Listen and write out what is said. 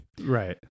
Right